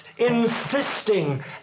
insisting